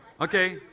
Okay